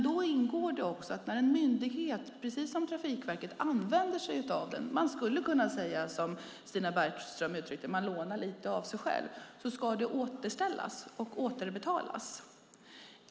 Då ingår dock också att när en myndighet precis som Trafikverket använder sig av den - jag skulle kunna säga som Stina Bergström; man lånar lite av sig själv - ska det återställas och återbetalas.